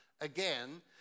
again